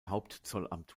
hauptzollamt